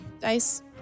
dice